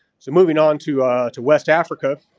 so moving on to to west africa,